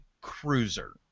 cruiser